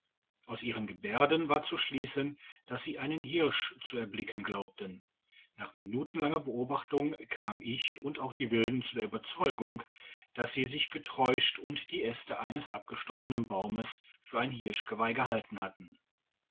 aus ihren gebärden war zu schliessen dass sie einen hirsch zu erblicken glaubten nach minutenlanger beobachtung kam ich und auch die wilden zu der ueberzeugung dass sie sich getäuscht und die aeste eines abgestorbenen baumes für ein hirschgeweih gehalten hatten